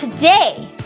Today